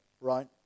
right